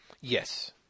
Yes